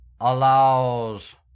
allows